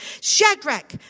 Shadrach